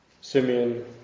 Simeon